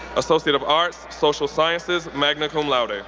associate of arts, social sciences, magna cum laude.